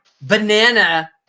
banana